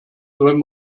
wenn